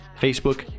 Facebook